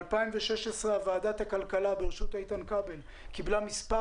ב-2016 ועדת הכלכלה בראשות איתן כבל נתנה מספר